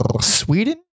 Sweden